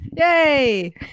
Yay